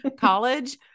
college